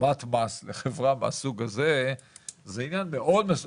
שומת מס מחברה מהסוג הזה זה דבר יותר מסובך,